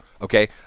okay